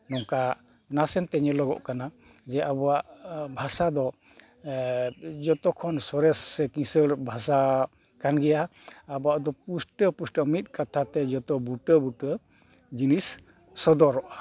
ᱱᱚᱝᱠᱟ ᱱᱟᱥᱮᱱᱛᱮ ᱧᱮᱞᱚᱜᱚ ᱠᱟᱱᱟ ᱡᱮ ᱟᱵᱚᱣᱟᱜ ᱵᱷᱟᱥᱟ ᱫᱚ ᱡᱚᱛᱚ ᱠᱷᱚᱱ ᱥᱚᱨᱮᱥ ᱥᱮ ᱠᱤᱥᱟᱹᱬ ᱵᱷᱟᱥᱟ ᱠᱟᱱ ᱜᱮᱭᱟ ᱟᱵᱚᱣᱟᱜ ᱫᱚ ᱯᱩᱥᱴᱟᱹ ᱯᱩᱥᱴᱟᱹ ᱢᱤᱫ ᱠᱟᱛᱷᱟᱛᱮ ᱡᱚᱛᱚ ᱵᱩᱴᱟᱹ ᱵᱩᱴᱟᱹ ᱡᱤᱱᱤᱥ ᱥᱚᱫᱚᱨᱚᱜᱼᱟ